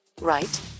right